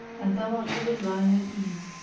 and thou art always lying at ease,